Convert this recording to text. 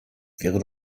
wäre